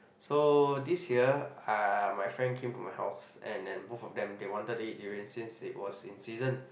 so this year uh my friend came to my house and then both of them they wanted to eat durian since it was in season